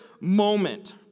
moment